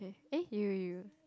okay eh you you